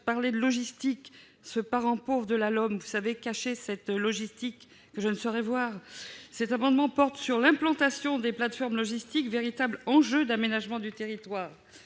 parler de logistique, ce parent pauvre de la LOM : cachez cette logistique que je ne saurais voir ... Cet amendement porte sur l'implantation des plateformes logistiques, véritable enjeu d'aménagement du territoire.